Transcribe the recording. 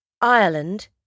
Ireland